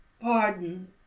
Pardon